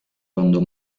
quando